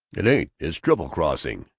it ain't. it's triple-crossing.